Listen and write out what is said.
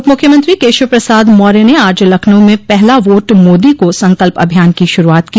उप मुख्यमंत्री केशव प्रसाद मौर्य ने आज लखनऊ में पहला वोट मोदी को संकल्प अभियान की शुरूआत की